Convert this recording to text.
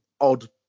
odd